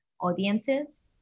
audiences